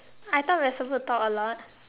I thought we're supposed to talk a lot